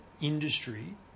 industry